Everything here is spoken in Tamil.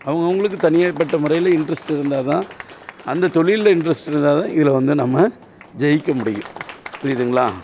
அவங்கவுங்களுக்கு தனிப்பட்ட முறையில் இன்ட்ரெஸ்ட் இருந்தால் தான் அந்தத் தொழில்ல இன்ட்ரெஸ்ட் இருந்தால் தான் இதில் வந்து நம்ம ஜெயிக்க முடியும் புரியுதுங்களா